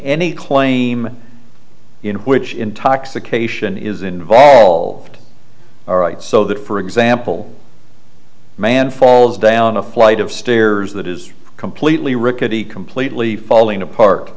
any claim in which intoxication is involved all right so that for example man falls down a flight of stairs that is completely rickety completely falling apart